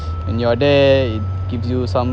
when you're there it gives you some